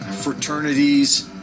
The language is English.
fraternities